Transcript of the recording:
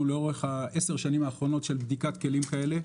לאורך עשר השנים האחרונות של בדיקת כלים כאלה.